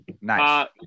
Nice